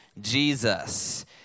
Jesus